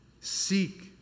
seek